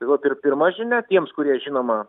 tai vat ir pirma žinia tiems kurie žinoma